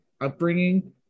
upbringing